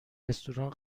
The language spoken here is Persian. رستوران